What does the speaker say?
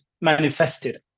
manifested